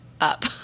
up